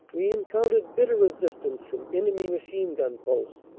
we encountered bitter resistance from enemy machine gun posts,